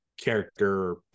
character